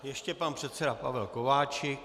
Ještě pan předseda Pavel Kováčik.